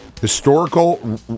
historical